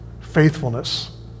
faithfulness